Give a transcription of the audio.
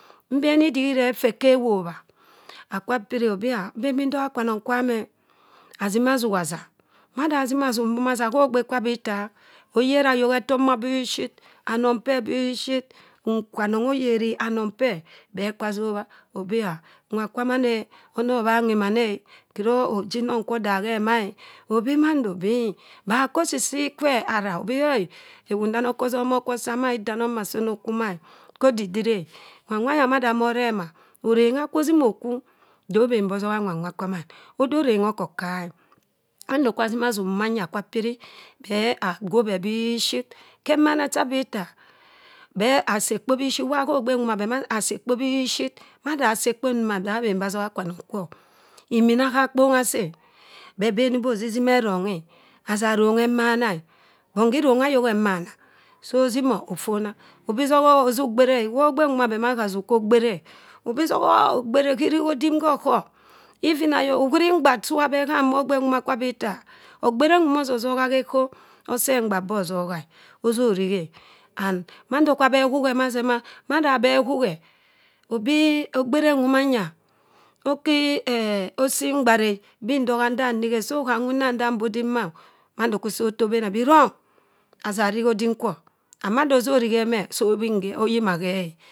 . Ewu eghobha mann ndo ndo ndo ndo ndo. Mada abeh kha wobha, otteh onoffon ha e. ozaa, otteh owobha maa. ovaa okwobha chowani, ayok bani abhe asadani obi ah nnan sah owori hanwa kwam himina e. And mand kwa obina, obino bina osima ayok ndikop peh. ode onong wani o ozimeh, ode anong affah o ozimeh. ozah oworikwimina e. Maso pirihao, ayok bani okohama o, onanghe. Ayok bani onoham, ohegbe. And mada ohegbe nwoma khe notobha ozik mamo ogbe nwomo kwo odim kwanwa okhee. And mada okhe meh bikpan, okobina e ozo piri obi ah imina sah nwakwam eh eh. ogbe nwoma kwuwa agbuha anade wa obenebi inina saa nwakwa ide penny e. And penny nwoma khogbe nwoma, khewo enodebi agbuha khabha mba e. p'monamo yiri nche ma e. mando kwuwa odeh e. mando kwu odopiri beh sii immina ndomah bishit beh nanghe. ayok p'ahamohama, mada osameh, osii imina ndoma biiship, osii idanomma biiship, osii osom biiship osima kwanong kwe ogbewani ozima ofona. mando kwuwa obada odeh e and motem kwobada, beh bobhoh bi kho mada akwu nwakwamann maa kereh maa afforr moh biship emikpa che gbengho gbengha khedeh e, enonah chekparr khedeh. Nwakwa mann chenhoju o mada assimeh ffona meh odema nwa kwa simeh khodidiri afona, teh bongha awobha khodidiri e. mando kwiwa abitta ama sii e. Beh sibongha atabong, beh sodim atabong beh sibongha atabong, beh sodim atabong beh fonah.